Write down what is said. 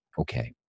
Okay